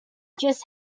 just